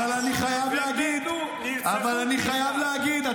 אבל אני חייב להגיד,